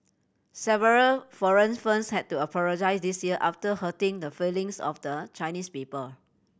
several foreign fens had to apologise this year after hurting the feelings of the Chinese people